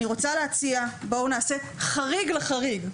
אני רוצה להציע, בואו נעשה חריג לחריג.